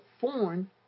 foreign